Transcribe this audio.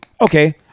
Okay